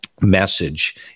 message